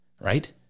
right